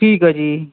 ਠੀਕ ਆ ਜੀ